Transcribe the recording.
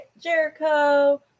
Jericho